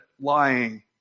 lying